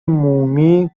مومی